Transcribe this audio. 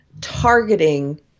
targeting